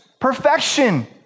perfection